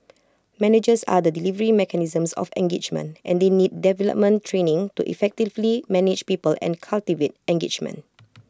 managers are the delivery mechanism of engagement and they need development training to effectively manage people and cultivate engagement